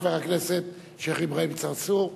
חבר הכנסת שיח' אברהים צרצור,